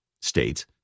states